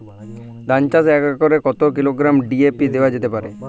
ধান চাষে এক একরে কত কিলোগ্রাম ডি.এ.পি দেওয়া যেতে পারে?